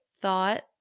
thought